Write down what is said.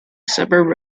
suburb